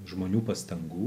žmonių pastangų